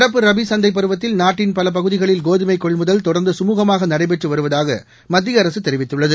நடப்பு ரபி சந்தைப் பருவத்தில் நாட்டின் பல பகுதிகளில் கோதுமை கொள்முதல் தொடர்ந்து சுமூகமாக நடைபெற்று வருவதாக மத்திய அரசு தெரிவித்துள்ளது